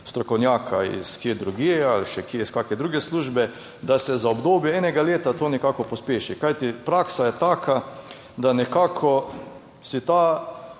strokovnjaka iz kje drugje ali še kje, iz kakšne druge službe, da se za obdobje enega leta to nekako pospeši. Kajti, praksa je taka, da te